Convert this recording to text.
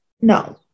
no